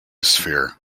sphere